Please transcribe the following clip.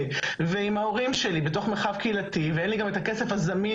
ועם ההורים שלי בתוך מרחב קהילתי --- (תקלה בזום).